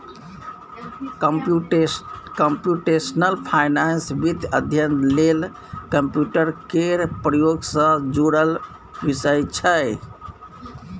computational finance वित्तीय अध्ययन लेल कंप्यूटर केर प्रयोग सँ जुड़ल विषय छै